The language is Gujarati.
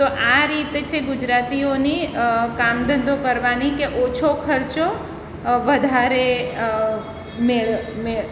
તો આ રીત છે ગુજરાતીઓની કામ ધંધો કરવાની કે ઓછો ખર્ચો વધારે મેળ મેળ